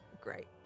Great